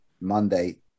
Monday